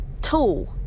tool